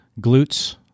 glutes